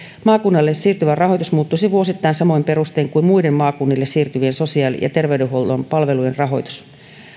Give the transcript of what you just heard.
maakunnalle siirtyvä rahoitus muuttuisi vuosittain samoin perustein kuin muiden maakunnille siirtyvien sosiaali ja terveydenhuollon palvelujen rahoitus